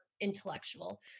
intellectual